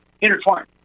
intertwined